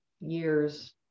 years